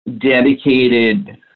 dedicated